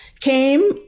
came